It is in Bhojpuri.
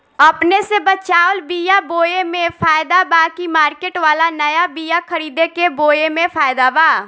अपने से बचवाल बीया बोये मे फायदा बा की मार्केट वाला नया बीया खरीद के बोये मे फायदा बा?